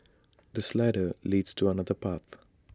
this ladder leads to another path